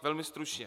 Velmi stručně.